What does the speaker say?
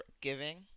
giving